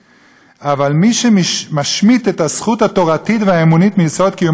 אבל מי שמשמיטים את הזכות התורתית והאמונית מיסוד קיומה של המדינה,